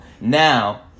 Now